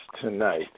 tonight